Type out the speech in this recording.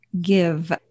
give